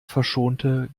verschonte